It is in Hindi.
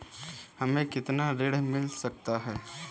हमें कितना ऋण मिल सकता है?